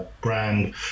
brand